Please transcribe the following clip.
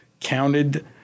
counted